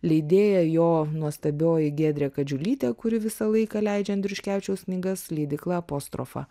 leidėja jo nuostabioji giedrė kadžiulytė kuri visą laiką leidžia andriuškevičiaus knygas leidykla apostrofa